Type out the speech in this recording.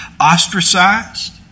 ostracized